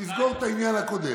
כשתסגור את העניין הקודם.